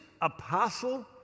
apostle